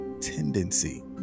tendency